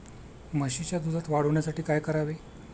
म्हशीच्या दुधात वाढ होण्यासाठी काय करावे?